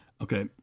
Okay